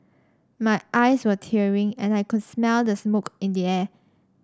my eyes were tearing and I could smell the smoke in the air